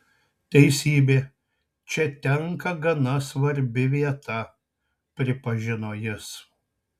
teisybė čia tenka gana svarbi vieta pripažino jis